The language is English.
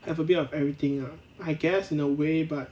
have a bit of everything ah I guess in a way but